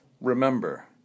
Remember